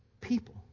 people